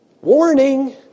Warning